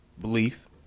belief